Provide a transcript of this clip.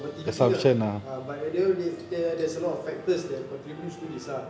overthinking ah ah but at the end of the day there there's a lot of factors that contribute to this ah